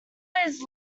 always